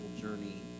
journey